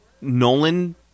Nolan